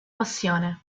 passione